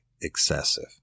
excessive